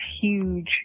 huge